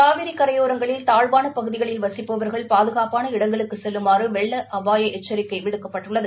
காவிரி கரையோரங்களில் தாழ்வான பகுதிகளில் வசிப்பவர்கள் பாதுகாப்பான இடங்களுக்குச் செல்லுமாறு வெள்ள அபாய எசச்ரிக்கை விடப்பட்டுள்ளது